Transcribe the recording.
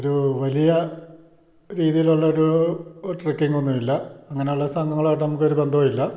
ഒരു വലിയ രീതിയിലുള്ളൊരു ട്രക്കിംഗൊന്നും ഇല്ല അങ്ങനെയുള്ള സംഘങ്ങളായിട്ട് നമുക്കൊരു ബന്ധവും ഇല്ല